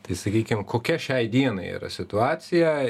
tai sakykim kokia šiai dienai yra situacija